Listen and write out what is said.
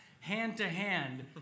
hand-to-hand